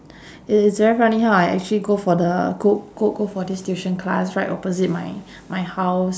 it is very funny how I actually go for the go go go for this tuition class right opposite my my house